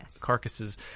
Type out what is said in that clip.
carcasses